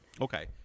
Okay